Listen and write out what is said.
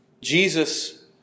Jesus